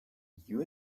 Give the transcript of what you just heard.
you